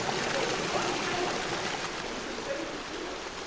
because one thing we can say for sure,